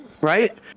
Right